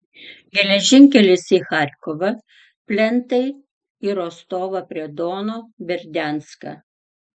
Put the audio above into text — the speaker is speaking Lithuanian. geležinkelis į charkovą plentai į rostovą prie dono berdianską